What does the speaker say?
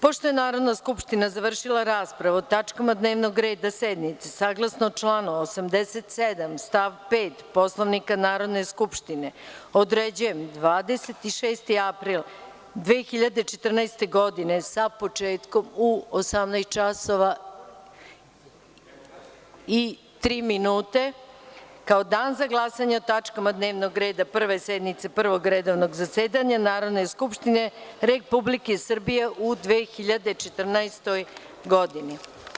Pošto je Narodna skupština završila raspravu o tačkama dnevnog reda sednice, saglasno članu 87. stav 5. Poslovnika Narodne skupštine, određujem 26. april 2014. godine, sa početkom u 18.03 časova, kao Dan za glasanje o tačkama dnevnog reda Prve sednice Prvog redovnog zasedanja Narodne skupštine Republike Srbije u 2014. godini.